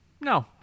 No